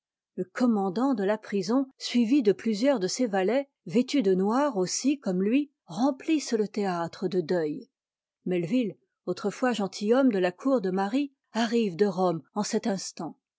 le commandant de la prison suivi de plusieurs de ses valets vêtus de noir aussi comme lui remplissent le théâtre de deuil melvil autre fois gentilhomme de la cour de marie arrive de rome en cet instant